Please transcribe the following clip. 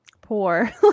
poor